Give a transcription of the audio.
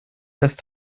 ist